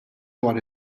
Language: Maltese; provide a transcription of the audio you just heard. dwar